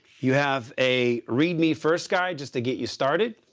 you have a read me first guide just to get you started.